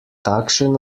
takšen